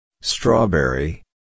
strawberry